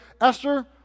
Esther